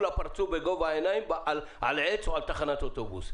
הפרצוף בגובה העיניים על עץ או על תחנת אוטובוס.